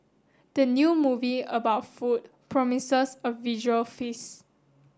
the new movie about food promises a visual feast